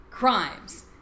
Crimes